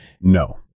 No